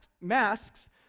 masks